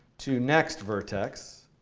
to next vertex.